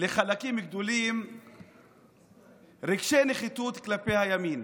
לחלקים גדולים רגשי נחיתות כלפי הימין.